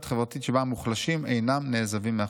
חברתית שבה המוחלשים אינם נעזבים מאחור.